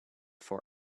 for